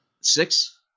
six